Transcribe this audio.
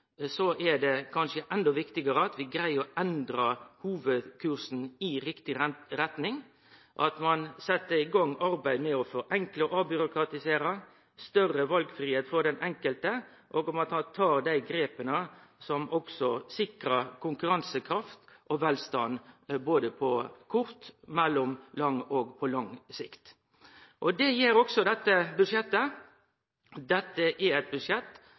er det kanskje endå viktigare at vi greier å endre hovudkursen i riktig retning, at ein set i gang arbeidet med å forenkle og avbyråkratisere, gi større valfridom for den enkelte, og at ein tar dei grepa som sikrar konkurransekraft og velstand både på kort, på mellomlang og på lang sikt. Det gjer dette budsjettet. Dette er eit budsjett